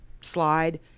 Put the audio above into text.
slide